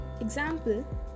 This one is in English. Example